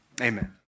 Amen